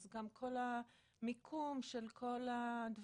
אז גם כל המיקום של כל הדברים,